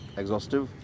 exhaustive